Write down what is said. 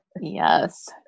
Yes